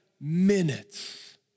minutes